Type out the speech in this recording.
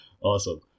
Awesome